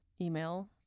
email